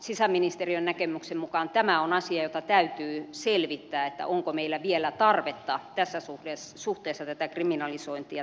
sisäministeriön näkemyksen mukaan tämä on asia jota täytyy selvittää että onko meillä vielä tarvetta tässä suhteessa tätä kriminalisointia tiivistää